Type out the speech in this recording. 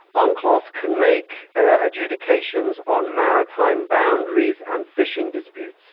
unclos can make adjudications on maritime boundaries and fishing disputes,